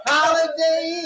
Holiday